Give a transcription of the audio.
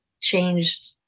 changed